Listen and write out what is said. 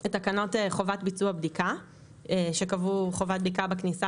את תקנות חובת ביצוע בדיקה שקבעו חובת בדיקה בכניסה